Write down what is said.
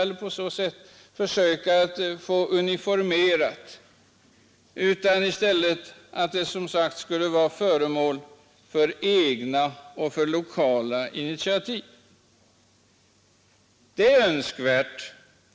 Man vill inte uniformera dem, utan vill i stället att de blir föremål för egna och lokala initiativ.